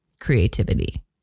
creativity